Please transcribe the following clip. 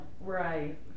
Right